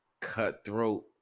cutthroat